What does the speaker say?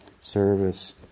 service